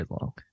long